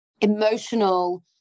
emotional